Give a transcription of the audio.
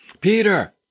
Peter